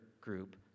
group